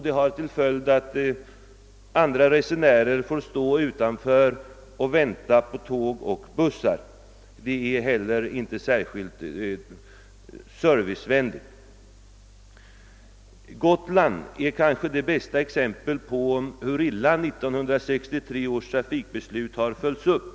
Det har till följd att andra resenärer får stå utanför och vänta på tåg och bussar. Inte heller det är särskilt servicevänligt. Vad gör man för att ändra detta? Gotland är kanske det bästa exemplet på hur illa 1963 års trafikbeslut har följts upp.